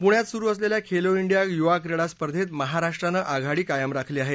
पुण्यात सुरु असलेल्या खेलो इंडिया युवा क्रीडा स्पर्धेत महाराष्ट्रानं आघाडी कायम राखली आहे